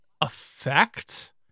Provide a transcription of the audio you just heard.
effect